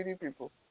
people